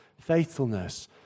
faithfulness